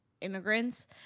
immigrants